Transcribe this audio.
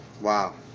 wow